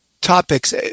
topics